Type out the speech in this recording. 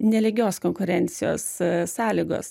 nelygios konkurencijos sąlygos